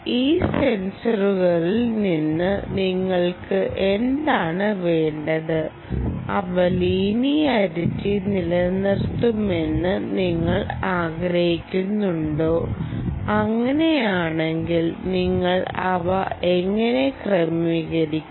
ഈ സെൻസറുകളിൽ നിന്ന് നിങ്ങൾക്ക് എന്താണ് വേണ്ടത് അവ ലീനിയാരിറ്റി നിലനിർത്തണമെന്ന് നിങ്ങൾ ആഗ്രഹിക്കുന്നുണ്ടോ അങ്ങനെയാണെങ്കിൽ നിങ്ങൾ അവ എങ്ങനെ ക്രമീകരിക്കും